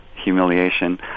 humiliation